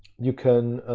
you can